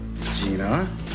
Gina